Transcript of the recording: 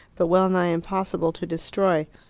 but well-nigh impossible to destroy.